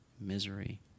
misery